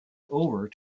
over